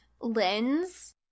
lens